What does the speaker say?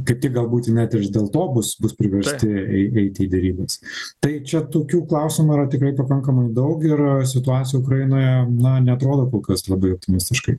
kaip tik gal būti net ir iš dėl to bus bus priversti ei eiti į derybas tai čia tokių klausimų yra tikrai pakankamai daug ir situacija ukrainoje na neatrodo kol kas labai optimistiškai